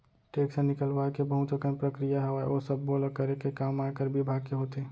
tax निकलवाय के बहुत अकन प्रक्रिया हावय, ओ सब्बो ल करे के काम आयकर बिभाग के होथे